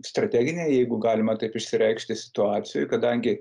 strateginėj jeigu galima taip išsireikšti situacijoj kadangi